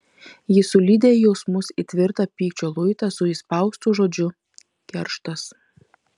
ji sulydė jausmus į tvirtą pykčio luitą su įspaustu žodžiu kerštas